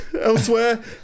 elsewhere